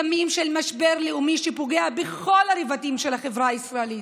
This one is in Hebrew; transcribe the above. ימים של משבר לאומי שפוגע בכל הרבדים של החברה הישראלית,